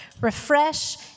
refresh